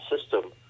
system